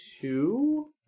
two